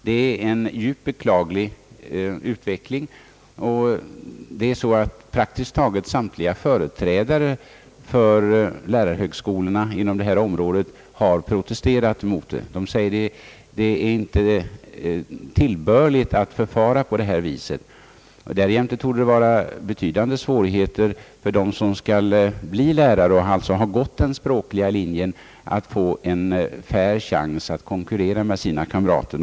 Det är en djupt beklaglig utveckling, och praktiskt taget samtliga företrädare för lärarhögskolorna inom detta område har protesterat mot den. De säger att det är inte tillbörligt att förfara på detta sätt. Därjämte torde det vara betydande svårigheter för dem som skall bli lärare och alltså har gått den språkliga linjen att få en fair chans att konkurrera med sina kamrater.